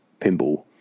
Pinball